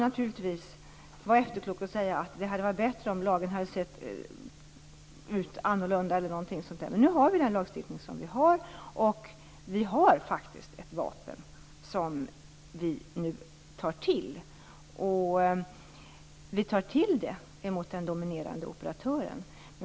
Naturligtvis kan man vara efterklok och säga att det skulle ha varit bättre om lagen hade sett annorlunda ut etc., men nu har vi den lagstiftning vi har. Vi har faktiskt ett vapen, som vi nu tar till. Vi tar till det mot den dominerande operatören.